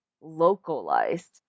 localized